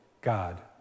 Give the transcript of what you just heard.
God